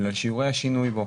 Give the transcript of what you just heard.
אלא לשיעורי השינוי בו.